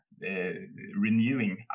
renewing